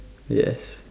yes